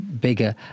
bigger